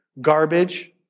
garbage